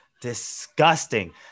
disgusting